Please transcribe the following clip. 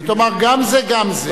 היא תאמר גם זה גם זה.